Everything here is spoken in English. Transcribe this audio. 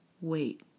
Wait